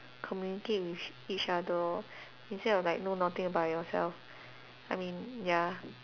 communicate with each other lor instead of like know nothing about yourself I mean ya